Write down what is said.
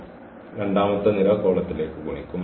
ഈ രണ്ടാമത്തെ നിര ഈ കോളത്തിലേക്ക് ഗുണിക്കും